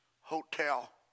hotel